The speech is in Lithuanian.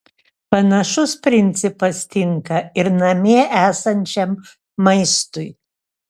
panašus principas tinka ir namie esančiam maistui